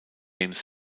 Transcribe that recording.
james